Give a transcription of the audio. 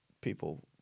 people